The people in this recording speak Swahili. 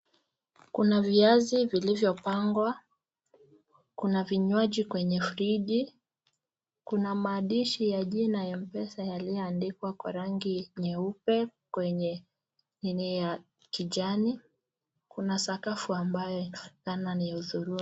Kuna viazi vilivyo pangwa, kuna vinywaji kwenye friji, kuna maandishi ya jina ya mpesa iliyo andikwa kwa rangi nyeupe, kwenye nini ya kijani, kuna sakafu ambaye yaonekana ni ya dhurura.